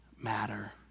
matter